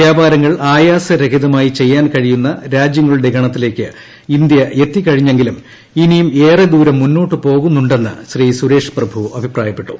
വ്യാപാരങ്ങൾ ആയാസരഹിതമായി ചെയ്യാൻ കഴിയുന്ന രാജ്യങ്ങളുടെ ഗണത്തിലേക്ക് ഇന്ത്യ എത്തികഴിഞ്ഞെങ്കിലും ഇനിയും ഏറെ ദൂരം മുന്നോട്ട് പോകാനുണ്ടെന്ന് ശ്രീ സുരേഷ് പ്രഭു അഭിപ്രായപ്പെട്ടു